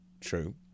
true